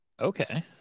okay